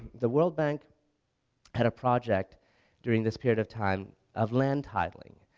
the world bank had a project during this period of time of land titling.